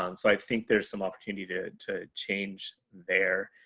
um so i think there's some opportunity to to change there.